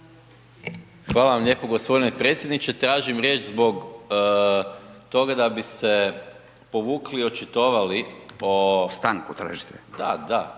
Hvala vam lijepo gospodine predsjedniče. Tražim riječ zbog toga da bi se povukli i očitovali … …/Upadica Radin: Stanku tražite?/… Da, da,